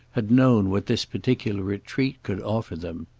had known what this particular retreat could offer them.